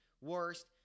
worst